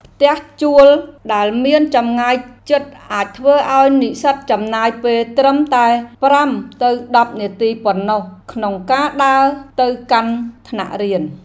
ផ្ទះជួលដែលមានចម្ងាយជិតអាចធ្វើឱ្យនិស្សិតចំណាយពេលត្រឹមតែប្រាំទៅដប់នាទីប៉ុណ្ណោះក្នុងការដើរទៅកាន់ថ្នាក់រៀន។